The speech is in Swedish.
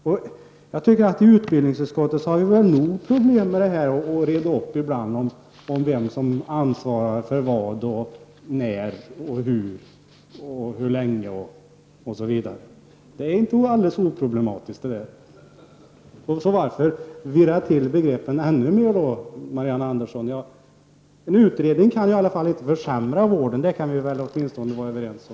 Vi har nog problem i utbildningsutskottet med att reda ut vem som ansvarar för vad, när, hur, hur länge osv. Detta är inte alldeles oproblematiskt. Varför då virra till begreppen ännu mer, Marianne Andersson i Vårgårda? En utredning kan i alla fall inte försämra vården. Det kan vi väl åtminstone vara överens om.